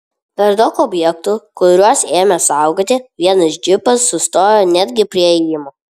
per daug objektų kuriuos ėmė saugoti vienas džipas sustojo netgi prie įėjimo